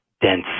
dense